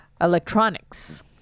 electronics